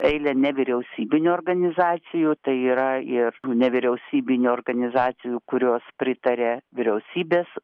eilę nevyriausybinių organizacijų tai yra ir tų nevyriausybinių organizacijų kurios pritaria vyriausybės